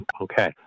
Okay